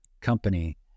company